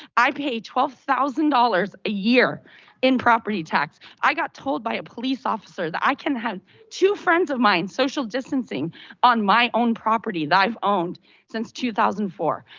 i pay twelve thousand dollars a year in property tax. i got told by a police officer that i can have two friends of mine, social distancing on my own property that i've owned since two thousand and four.